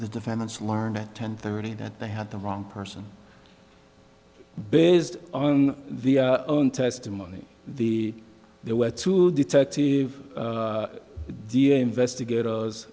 the defendants learned at ten thirty that they had the wrong person based on the own testimony the there were two detective investigator